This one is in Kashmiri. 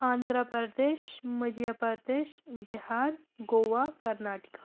آنٛدھرا پَردیش مٔدھیہ پَردیش بِہار گوٚوا کَرناٹِکہ